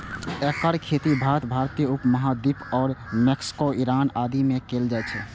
एकर खेती भारत, भारतीय उप महाद्वीप आ मैक्सिको, ईरान आदि मे कैल जाइ छै